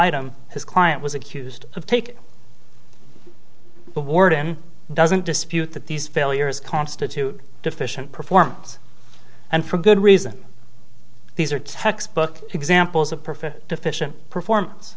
item his client was accused of take the warden doesn't dispute that these failures constitute deficient performance and for good reason these are textbook examples of profit deficient performance